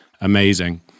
Amazing